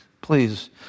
Please